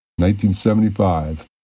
1975